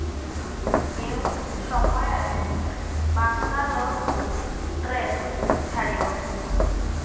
କେଉଁ ସମୟରେ ବାଙ୍ଗାଲୋରକୁ ଟ୍ରେନ୍ ଛାଡ଼ିବ